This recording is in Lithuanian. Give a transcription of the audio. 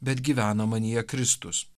bet gyvena manyje kristus